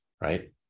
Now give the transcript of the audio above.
right